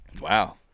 Wow